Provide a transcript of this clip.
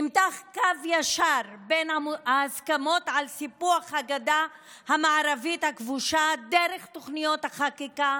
נמתח קו ישר מההסכמות על סיפוח הגדה המערבית הכבושה דרך תוכניות החקיקה,